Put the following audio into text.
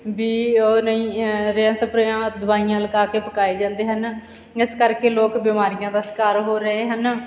ਵੀ ਉਹ ਨਹੀਂ ਰੇਹਾਂ ਸਪਰੇਹਾਂ ਦਵਾਈਆਂ ਲਗਾ ਕੇ ਪਕਾਏ ਜਾਂਦੇ ਹਨ ਇਸ ਕਰਕੇ ਲੋਕ ਬਿਮਾਰੀਆਂ ਦਾ ਸ਼ਿਕਾਰ ਹੋ ਰਹੇ ਹਨ